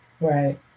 Right